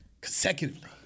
consecutively